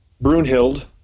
Brunhild